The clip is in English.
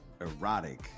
erotic